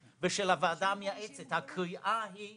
זאת הקריאה של ארגוני